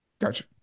gotcha